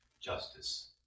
justice